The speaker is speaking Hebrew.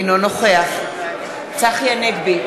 אינו נוכח צחי הנגבי,